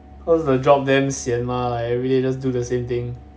because the job damn sian mah like everyday just do the same thing